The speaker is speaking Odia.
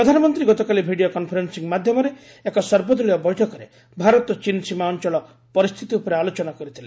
ପ୍ରଧାନମନ୍ତ୍ରୀ ଗତକାଲି ଭିଡ଼ିଓ କନ୍ଫରେନ୍ଦିଂ ମାଧ୍ୟମରେ ଏକ ସର୍ବଦଳୀୟ ବୈଠକରେ ଭାରତ ଚୀନ୍ ସୀମା ଅଞ୍ଚଳ ପରିସ୍ଥିତି ଉପରେ ଆଲୋଚନା କରିଥିଲେ